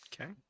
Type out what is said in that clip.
okay